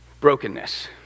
brokenness